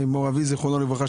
מור אבי זכרונו לברכה,